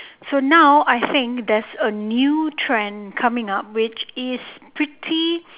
so now I think there's a new trend coming up which is pretty